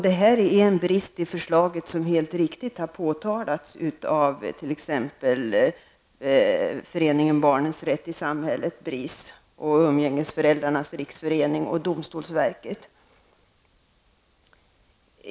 Detta är en brist i förslaget, som helt riktigt har påtalats av t.ex. Föreningen Barnens rätt i samhället, Umgängesföräldrarnas riksförening och domstolsverket.